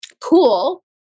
Cool